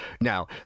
Now